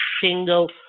single